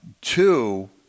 Two